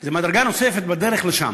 זו מדרגה נוספת בדרך לשם,